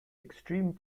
extreme